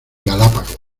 galápagos